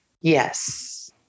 Yes